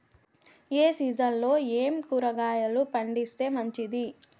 ఏ సీజన్లలో ఏయే కూరగాయలు పండిస్తే మంచిది